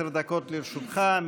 בבקשה, אדוני, עד עשר דקות לרשותך.